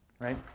right